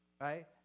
Right